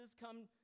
come